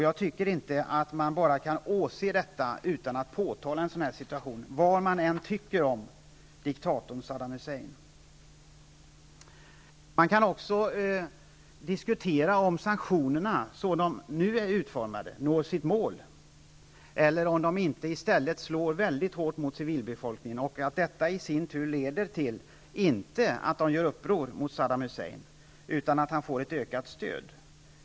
Jag tycker inte att man bara kan åse detta utan att påtala situationen, vad man än tycker om diktatorn Det kan också diskuteras om man genom sanktionerna som de nu är utformade når sitt mål eller om sanktionerna inte främst slår mycket hårt mot civilbefolkningen samt att detta i sin tur inte leder till att människorna gör uppror mot Saddam Hussein utan till att han får ett ökat stöd.